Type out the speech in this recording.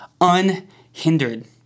unhindered